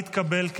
התקבל.